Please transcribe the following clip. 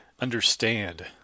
understand